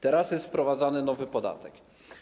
Teraz jest wprowadzany nowy podatek.